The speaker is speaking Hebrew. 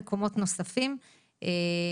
אנחנו בדקנו למה לדוגמא באזורים מסוימים של יהודה ושומרון,